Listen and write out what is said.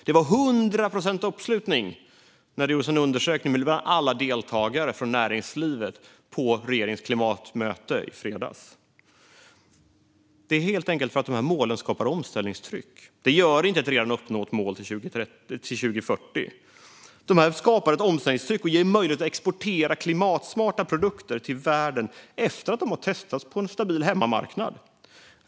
Det var hundra procents uppslutning när det gjordes en undersökning med alla deltagare från näringslivet på regeringens klimatmöte i fredags. Dessa mål skapar helt enkelt ett omställningstryck - det gör inte ett redan uppnått mål till 2040. De skapar ett omställningstryck, och de ger möjlighet att exportera klimatsmarta produkter till världen efter att de har testats på en stabil hemmamarknad.